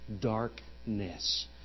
darkness